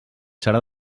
serà